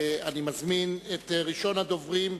אני מזמין את ראשונת הדוברים,